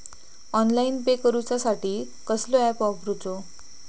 Online pay करूचा साठी कसलो ऍप वापरूचो?